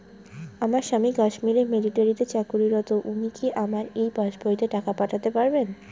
আমার স্বামী কাশ্মীরে মিলিটারিতে চাকুরিরত উনি কি আমার এই পাসবইতে টাকা পাঠাতে পারবেন?